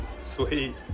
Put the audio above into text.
Sweet